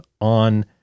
on